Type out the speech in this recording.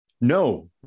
no